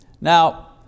Now